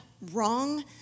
wrong